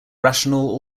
rational